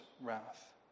wrath